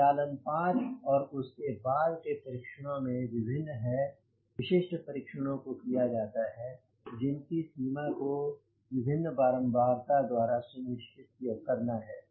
प्रचालन 5 और उसके बाद के परीक्षणों में विभिन्न है विशिष्ट परीक्षणों को किया जाता है जिनकी समय सीमा को विभिन्न बारंबारता द्वारा सुनिश्चित करना है